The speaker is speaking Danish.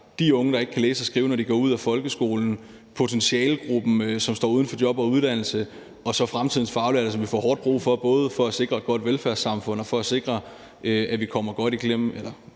de unge, der ikke kan læse og skrive, når de går ud af folkeskolen; potentialegruppen, som står uden for job og uddannelse; og så fremtidens faglærte, som vi får hårdt brug for, både for at sikre et godt velfærdssamfund og for at sikre, at vi kommer godt igennem